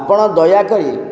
ଆପଣ ଦୟାକରି